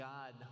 God